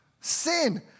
sin